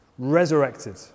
resurrected